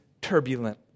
turbulent